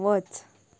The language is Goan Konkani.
वच